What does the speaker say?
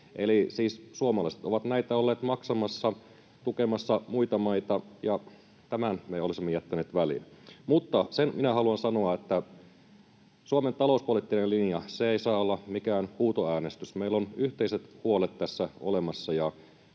suomalaiset ovat näitä olleet maksamassa, tukemassa muita maita, ja tämän me olisimme jättäneet väliin. Mutta sen minä haluan sanoa, että Suomen talouspoliittinen linja ei saa olla mikään huutoäänestys. Meillä on yhteiset huolet tässä olemassa,